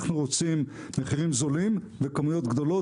אנחנו רוצים מחירים זולים וכמויות גדולות